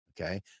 okay